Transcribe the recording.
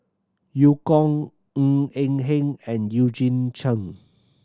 Eu Kong Ng Eng Hen and Eugene Chen